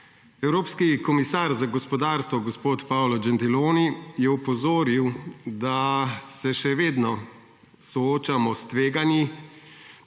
Evropski komisar za gospodarstvo gospod Paolo Gentiloni je opozoril, da se še vedno soočamo s tveganji